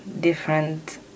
different